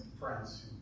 friends